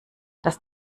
das